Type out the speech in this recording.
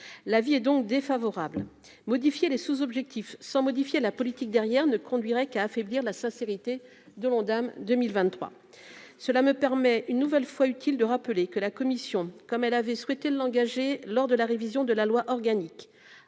l'avis est donc défavorable, modifier les sous-objectifs sans modifier la politique derrière ne conduirait qu'à affaiblir la sincérité de l'Ondam 2023, cela me permet une nouvelle fois utile de rappeler que la commission, comme elle l'avait souhaité l'engagé lors de la révision de la loi organique